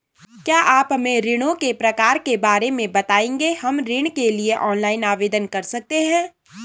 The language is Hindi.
क्या आप हमें ऋणों के प्रकार के बारे में बताएँगे हम ऋण के लिए ऑनलाइन आवेदन कर सकते हैं?